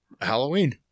Halloween